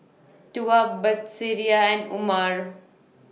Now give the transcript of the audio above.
Tuah Batrisya and Umar